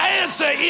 answer